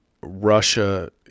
Russia